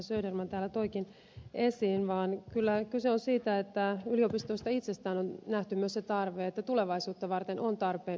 söderman täällä toikin esiin vaan kyllä kyse on siitä että yliopistoista itsestään on nähty myös se tarve että tulevaisuutta varten on tarpeen uudistua